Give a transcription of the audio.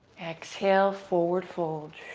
exhale, forward fold.